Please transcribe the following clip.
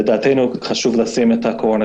לדעתנו חשוב לשים את הקורונה